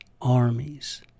armies